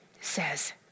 says